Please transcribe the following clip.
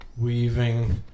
weaving